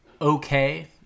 okay